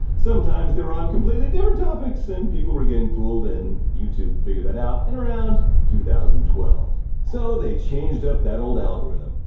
sometimes they were on completely different topics and people were getting fooled and youtube figured that out in around two thousand and twelve. so, they changed up that old algorithm.